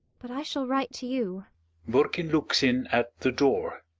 but i shall write to you borkin looks in at the door.